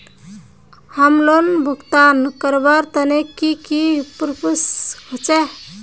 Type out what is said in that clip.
Home loan भुगतान करवार तने की की प्रोसेस होचे?